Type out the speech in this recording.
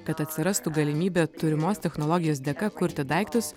kad atsirastų galimybė turimos technologijos dėka kurti daiktus